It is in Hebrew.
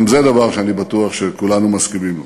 גם זה דבר שאני בטוח שכולנו מסכימים לו.